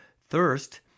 thirst